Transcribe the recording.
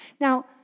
Now